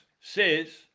says